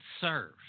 serve